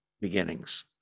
beginnings